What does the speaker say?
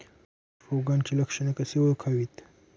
रोगाची लक्षणे कशी ओळखावीत?